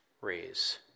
raise